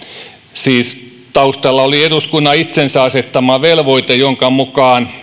siis taustalla oli eduskunnan itsensä asettama velvoite jonka mukaan